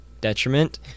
detriment